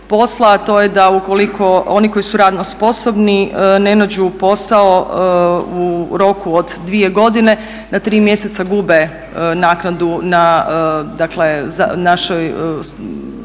to je da ukoliko oni koji su radno sposobni ne nađu posao u roku od dvije godine na tri mjeseca gube naknadu na, dakle naši